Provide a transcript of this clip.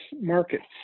markets